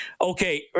okay